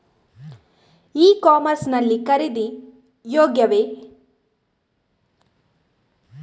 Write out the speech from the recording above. E commerce ಲ್ಲಿ ಖರೀದಿ ಯೋಗ್ಯವೇ?